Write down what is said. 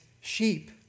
sheep